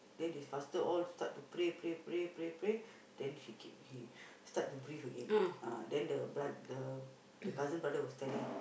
then they faster all start to pray pray pray pray pray then she keep he start to breath again ah then the broth~ the cousin brother was telling